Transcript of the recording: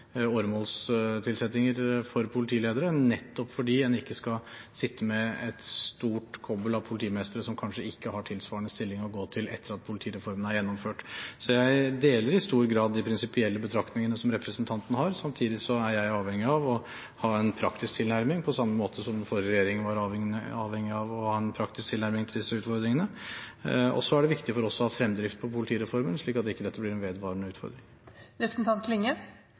for politiledere nettopp fordi en ikke skal sitte med et stort kobbel av politimestre som kanskje ikke har tilsvarende stillinger å gå til etter at politireformen er gjennomført. Jeg deler i stor grad de prinsipielle betraktningene som representanten har. Samtidig er jeg avhengig av å ha en praktisk tilnærming, på samme måte som den forrige regjeringen var avhengig av å ha en praktisk tilnærming til disse utfordringene. Og det er viktig for oss å ha fremdrift i politireformen, slik at dette ikke blir en vedvarende